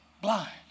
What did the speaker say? Blind